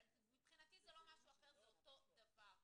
מבחינתי זה לא משהו אחר, זה אותו דבר.